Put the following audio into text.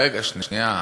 רגע, שנייה.